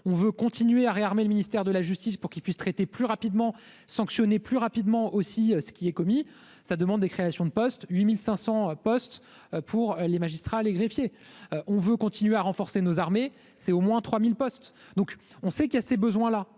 on veut continuer à réarmer le ministère de la justice pour qu'il puisse traiter plus rapidement sanctionner plus rapidement aussi, ce qui est commis, ça demande des créations de postes, 8500 postes pour les magistrats, les greffiers, on veut continuer à renforcer nos armées, c'est au moins 3000 postes, donc on sait qu'il y a ces besoins-là